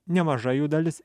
nemaža jų dalis